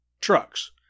trucks